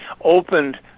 opened